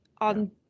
on